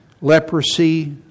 leprosy